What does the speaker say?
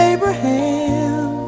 Abraham